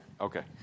Okay